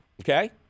Okay